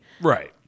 Right